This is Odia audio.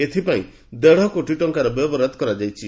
ଏଥିପାଇଁ ଦେଢ଼କୋଟି ଟଙ୍କା ବ୍ୟୟବରାଦ କରାଯାଇଛି